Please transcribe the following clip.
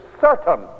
certain